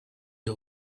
you